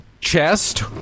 Chest